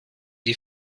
die